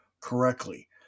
correctly